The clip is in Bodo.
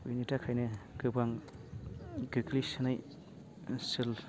बिनि थाखायनो गोबां गोग्लैसोनाय ओनसोल